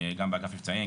גם באגף מבצעים,